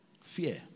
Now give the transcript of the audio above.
Fear